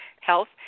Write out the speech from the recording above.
health